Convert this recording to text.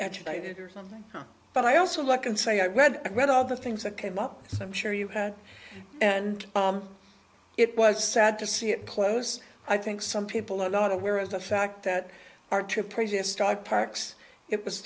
united or something but i also look and say i read and read all the things that came up i'm sure you had and it was sad to see it close i think some people are not aware of the fact that our two previous dr parks it was